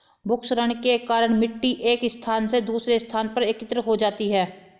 भूक्षरण के कारण मिटटी एक स्थान से दूसरे स्थान पर एकत्रित हो जाती है